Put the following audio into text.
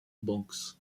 banks